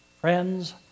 Friends